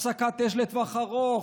הפסקת אש לטווח ארוך,